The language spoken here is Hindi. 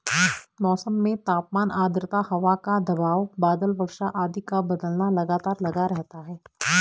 मौसम में तापमान आद्रता हवा का दबाव बादल वर्षा आदि का बदलना लगातार लगा रहता है